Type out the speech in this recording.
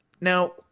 now